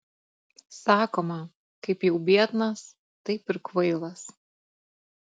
sakoma kaip jau biednas taip ir kvailas